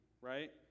right